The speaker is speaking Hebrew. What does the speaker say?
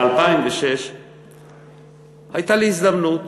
ב-2006 הייתה לי הזדמנות